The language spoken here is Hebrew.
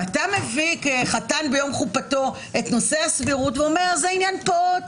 ואתה מביא כחתן ביום חופתו את נושא הסבירות ואומר: זה עניין פעוט,